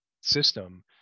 system